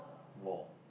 war